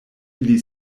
ili